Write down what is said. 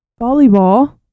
volleyball